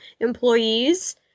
employees